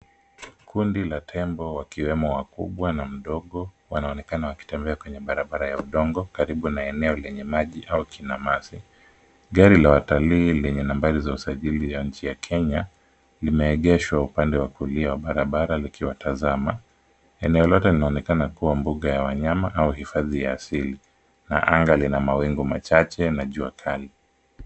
Kundi la tembo wakiwemo wakubwa na mdogo wanaonekana wakitembea kwenye barabara ya udongo karibu na eneo lenye maji au kinamasi. Gari la watalii lenye nambari za usajili ya nchi ya Kenya limeegeshwa upande wa kulia wa barabara likiwatazama. Eneo lote linaonekana kuwa mbuga ya wanyama au hifadhi ya asili na anga lina mawingu machache na jua kali.